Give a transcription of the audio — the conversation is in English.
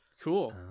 cool